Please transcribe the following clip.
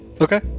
Okay